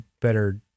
better